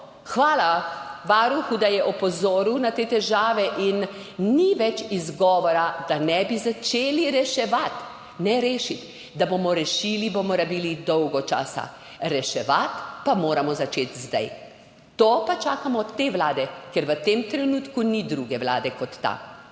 hvala Varuhu, da je opozoril na te težave, in ni več izgovora, da ne bi začeli reševati. Ne rešiti, da bomo rešili, bomo rabili dolgo časa, reševati pa moramo začeti zdaj. To pa čakamo od te vlade, ker v tem trenutku ni druge vlade kot ta.